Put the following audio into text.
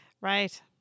Right